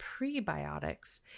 prebiotics